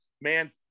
man